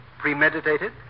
premeditated